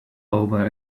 over